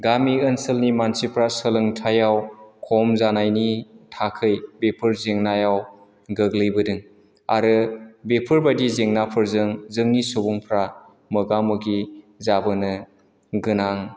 गामि ओनसोलनि मानसिफोरा सोलोंथायआव खम जानायनि थाखाय बेफोर जेंनायाव गोग्लैबोदों आरो बेफोरबायदि जेंनाफोरजों जोंनि सुबुंफोरा मोगा मोगि जाबोनो गोनां